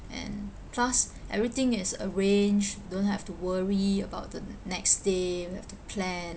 and plus everything is arranged don't have to worry about the n~ next day you don't have to plan